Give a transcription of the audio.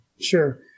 Sure